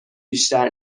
بیشتر